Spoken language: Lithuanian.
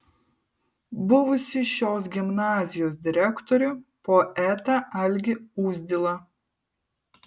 buvusį šios gimnazijos direktorių poetą algį uzdilą